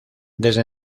desde